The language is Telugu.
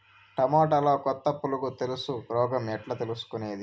టమోటాలో కొత్త పులుగు తెలుసు రోగం ఎట్లా తెలుసుకునేది?